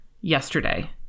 yesterday